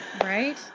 right